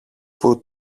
που